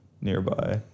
nearby